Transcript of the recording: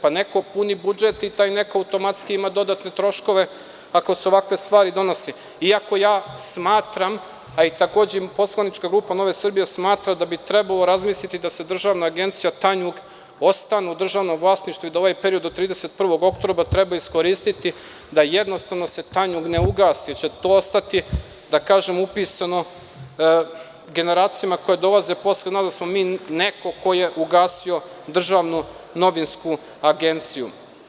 Dakle, neko puni budžet i taj neko automatski ima dodatne troškove, ako se ovakve stvari donose, iako ja smatram, a takođe i poslanička grupa Nove Srbije smatra da bi trebalo razmisliti da državna agencija Tanjug ostane u državnom vlasništvu i da ovaj period od 31. oktobra treba iskoristi da se jednostavno Tanjug ne ugasi, jer će to ostati, da kažem, upisano generacijama koje dolaze posle nas da smo mi neko ko je ugasio državnu novinsku agenciju.